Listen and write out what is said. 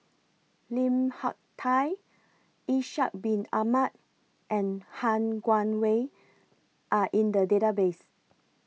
Lim Hak Tai Ishak Bin Ahmad and Han Guangwei Are in The Database